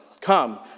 come